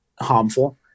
harmful